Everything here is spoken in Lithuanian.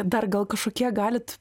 dar gal kažkokie galit